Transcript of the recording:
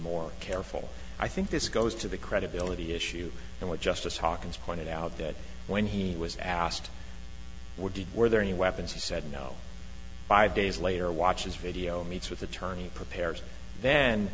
more careful i think this goes to the credibility issue and what justice hawkins pointed out that when he was asked were did were there any weapons he said no five days later watches video meets with attorney prepares then